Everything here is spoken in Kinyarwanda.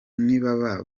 ntibaba